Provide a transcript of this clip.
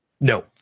No